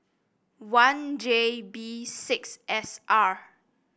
one J B six S R